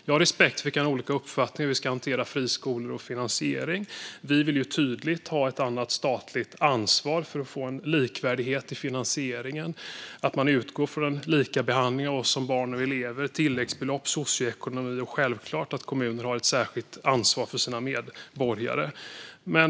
Jag har respekt för att vi kan ha olika uppfattning om hur vi ska hantera friskolor och finansiering. Moderaterna vill ju ha ett annat statligt ansvar för att få likvärdighet i finansieringen. Moderaterna vill att man utgår från likabehandling av barn och elever. Detta innefattar tilläggsbelopp och socioekonomi. Kommuner har självklart ett särskilt ansvar för sina medborgare.